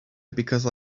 because